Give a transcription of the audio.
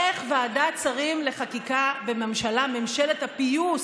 איך ועדת השרים לחקיקה בממשלה, ממשלת הפיוס,